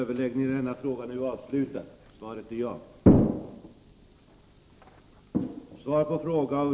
Herr talman!